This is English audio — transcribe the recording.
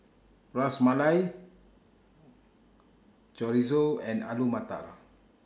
Ras Malai Chorizo and Alu Matar